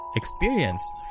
experienced